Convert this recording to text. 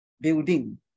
building